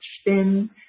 spin